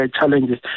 challenges